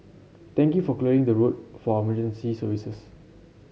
thank you for clearing the road for our emergency services